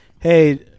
Hey